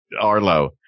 Arlo